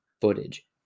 footage